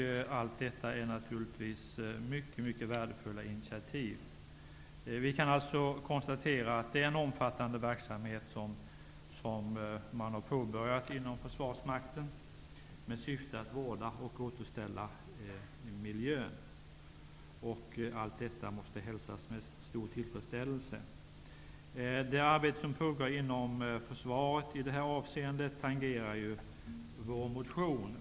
Allt detta är naturligtvis mycket värdefulla initiativ. Vi kan alltså konstatera att en omfattande verksamhet har påbörjats inom försvarsmakten med syfte att vårda och återställa miljön. Allt detta måste hälsas med stor tillfredsställelse. Det arbete som pågår inom försvaret i detta avseende tangerar vår motion.